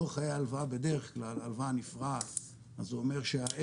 לאורך חיי ההלוואה בדרך כלל ההלוואה נפרעת אז זה אומר שה-L,